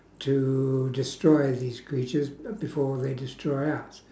to destroy these creatures uh before they destroy us